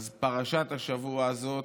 אז פרשת השבוע הזאת,